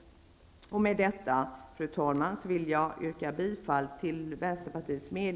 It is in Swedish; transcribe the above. Med detta, fru talman, vill jag yrka bifall till